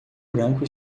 branco